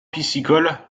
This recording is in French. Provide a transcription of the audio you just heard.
piscicole